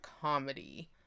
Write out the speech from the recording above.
comedy